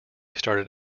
started